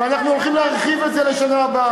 ואנחנו הולכים להרחיב את זה בשנה הבאה.